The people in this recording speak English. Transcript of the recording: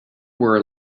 were